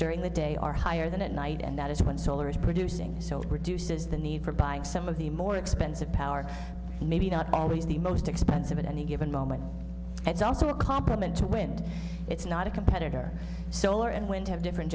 during the day are higher than at night and that is when solar is producing so reduces the need for buying some of the more expensive power maybe not always the most expensive at any given moment it's also a complement to wind it's not a competitor solar and wind have different